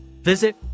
visit